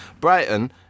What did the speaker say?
Brighton